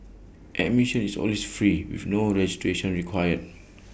admission is always free with no registration required